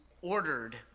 ordered